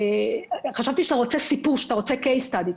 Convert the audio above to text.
פשוט חשבתי שאתה רוצה קייס סטאדי.